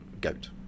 GOAT